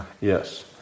Yes